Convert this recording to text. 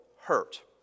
hurt